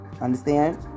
understand